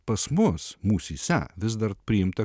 pas mus mūsyse vis dar priimta